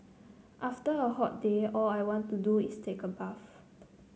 after a hot day all I want to do is take a bath